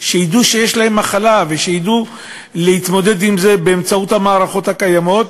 שידעו שיש להם מחלה ושידעו להתמודד עם זה באמצעות המערכות הקיימות.